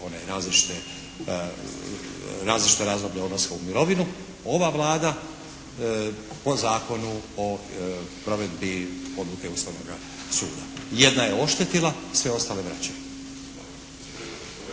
različita razdoblja odlaska u mirovinu, ova Vlada po Zakonu o provedbi odluke Ustavnoga suda. Jedna je oštetila, sve ostale vraćaju.